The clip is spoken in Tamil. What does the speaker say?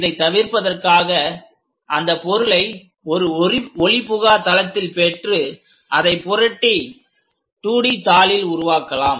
இதை தவிர்ப்பதற்காக அந்த பொருளை ஒரு ஒளிபுகா தளத்தில் பெற்று அதை புரட்டி 2D தாளில் உருவாக்கலாம்